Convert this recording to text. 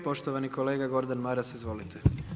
Poštovani kolega gordan Maras, izvolite.